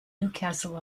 newcastle